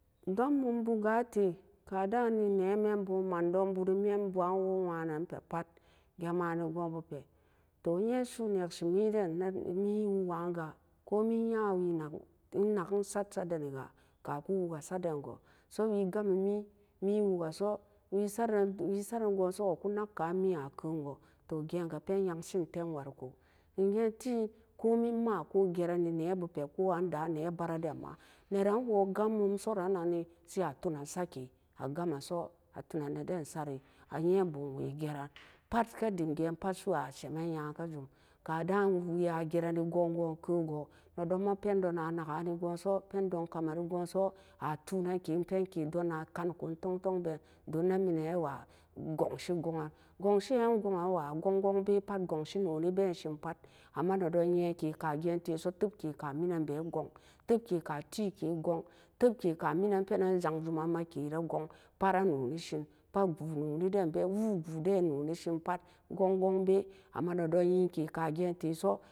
Don mum bu ga tee ka da'an e nemee bu mandon boo ree mii'an ba woo wa'an nan ga pat jee ma nee goon boo pee tu e yeen su'u neusi mi'an wuk kan ga komai yaa wee nan e nak e sat saa den nee ga ka ku wuka sat den goo so wee gam mee mii, mii, woka soo wee saren wee so ga mii ku nak kan, mii a ken goo dem gee'an ga pen yari sem tem wariko dem ga'aa tee komai ma koo jereni nebu pee ko an da nee bara den ma neran woo gam mum so an nan- nee sai a tunen sat kee a ga men so a tunan neden saa kee a yen bum wee jeren pat ka dem ga'an pat su'u a semen nya gka jum ka dan wee a jeren e ga'an keu goo ne dom ma pen don ma naka ne gu'an so pen don ka ma ree gu so a tunin kee pen kee don a kane kon tog-tog ben de mee ne wa gonsi goan, gonsi an e go'an waa gun-gu'ng bee pat gonsi nooni been sen pat am ma ne don yee kee ka gee teso teep kee ka ge'an teso teep ke ka minen bee gohin teep ke ka tee ke ree go'un teep ke ka minen penan e jan. g juman ma kee nee gu'ng pat e no ni seen pat guu nooni den bee woo gu'u den be nooni seen pat gon- gon bee amma needon yee kee ka ge'an tee sou.